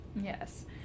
Yes